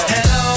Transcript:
Hello